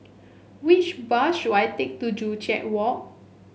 which bus should I take to Joo Chiat Walk